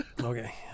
Okay